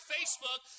Facebook